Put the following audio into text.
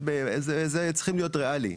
צריכים להיות ראליים,